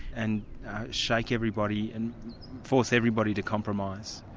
and shake everybody, and force everybody to compromise.